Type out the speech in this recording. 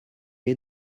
est